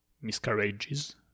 miscarriages